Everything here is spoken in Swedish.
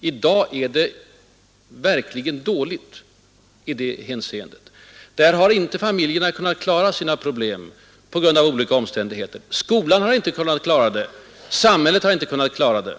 I dag är det verkligen dåligt ställt i den hänseendet; därvidlag har inte familjerna kunnat klara sina problem på grund av olika omständigheter, skolan har inte kunnat klara dem, och samhället har inte kunnat klara dem.